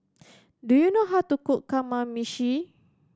do you know how to cook Kamameshi